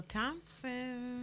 Thompson